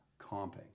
comping